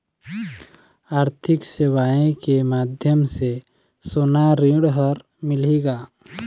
आरथिक सेवाएँ के माध्यम से सोना ऋण हर मिलही का?